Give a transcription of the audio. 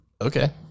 okay